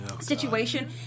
situation